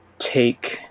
Take